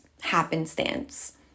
happenstance